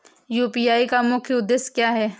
UPI का मुख्य उद्देश्य क्या है?